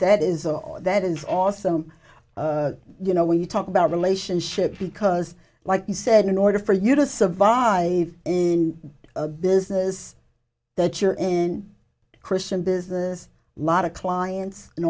that is all that is awesome you know when you talk about relationships because like you said in order for you to survive in a business that you're in christian business lot of clients